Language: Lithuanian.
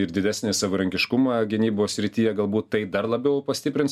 ir didesnį savarankiškumą gynybos srityje galbūt tai dar labiau pastiprins